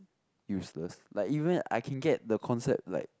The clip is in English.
useless like even I can get the concept like